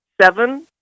seven